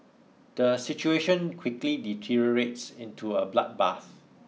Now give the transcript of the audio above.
the situation quickly deteriorates into a bloodbath